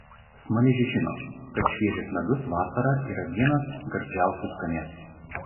smaližiai žino kad šviežias medus vasarą yra vienas gardžiausių skanėstų